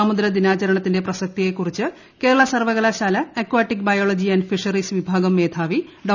സമുദ്ര ദിനാചരണത്തിന്റെ പ്രസക്ത്രീട്ടയ കുറിച്ച് കേരള സർവ്വകലാശാല അകാട്ടിക് ബയോള്ള്ജി ആന്റ് ഫിഷറീസ് വിഭാഗം മേധാവി ഡോ